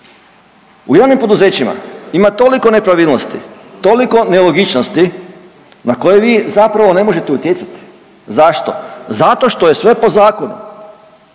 u javnim poduzećima ima toliko nepravilnosti, toliko nelogičnosti na koje vi zapravo ne možete utjecati. Zašto? Zato što je sve po zakonu,